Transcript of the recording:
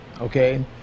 Okay